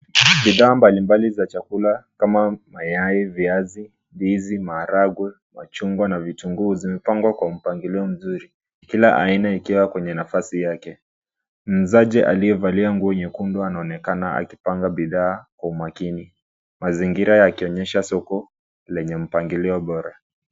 Bidhaa mbali mbali za chakula kama mayai, viazi, ndizi, maharagwe, machungwa na vitunguu zimepangwa kwa mpangilio mzuri. Kila aina ikiwa kwenye nafasi yake. Muuzaji aliyevalia nguo nyekundu anaonekana akipanga bidhaa kwa umakini, mazingira yakionyesha soko lenye mpangilio bora.